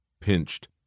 pinched